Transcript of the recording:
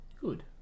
Good